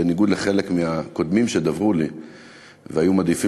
בניגוד לחלק מהקודמים שדיברו והיו מעדיפים